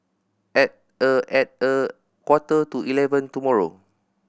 at a at a quarter to eleven tomorrow